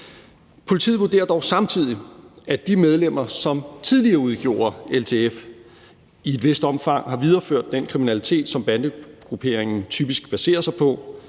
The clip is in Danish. Politiet vurderer dog samtidig, at de medlemmer, som tidligere udgjorde LTF, i et vist omfang har videreført den kriminalitet, som bandegrupperingen typisk baserer sig på.